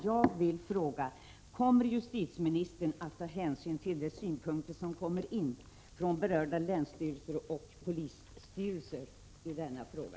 Jag vill fråga: Kommer justitieministern att ta hänsyn till de synpunkter som kommer in från berörda länsstyrelser och polisstyrelser i denna fråga?